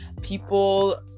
people